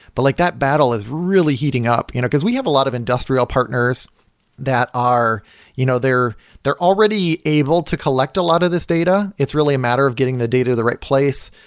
but like that battle is really heating up, you know because we have a lot of industrial partners that are you know they're they're already able to collect a lot of this data. it's really a matter of getting the data to the right place,